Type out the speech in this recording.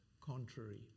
contrary